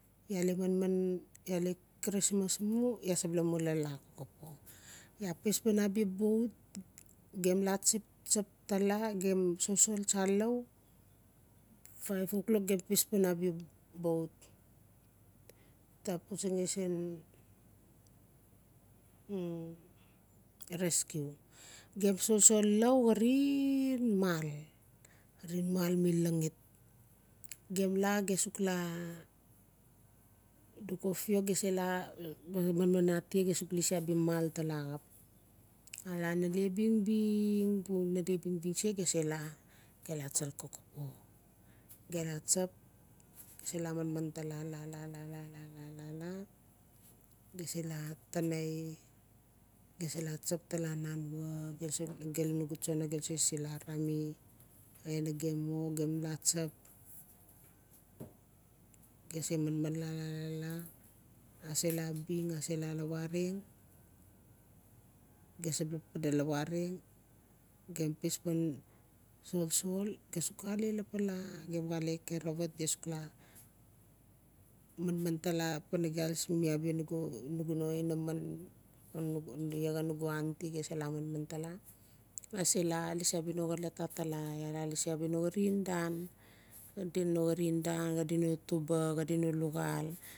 Iaa le manman mu iaa le christman mu iaa sebula mulala iaa pis pan abia boat ge la tsap-tsap tala gem solsol tsaleu five o clock gem pispan abia boat ta putsang siin rescue gem solsol lau xarin mal xarin mal ma langit gem la gem suk la duke of york gem suk la manman atia lisi mal ta la xap ala nale bingbing nale bingbing se gem sela tsal kokopo gem la tsap gem se la manman tala la-la-la-la gem se la tanai tsap tala nanua gelu nugu tsona gelu se sisil arara mi aia nagen mo gem la tsap gem se manman la-la-la-la ase la bing ase la lawareng gem sebula pade lawareng gem pis pan solsol gemsuk xale lapals gem xale kerevat gem suk la manman ta la paligal mi nugu no inaman iaxa nugu auntu ta se la manman tala iaa se la lasi abia no xolot tala iaa la lasi abia no xarin dan-an xadi no tuba no luxal.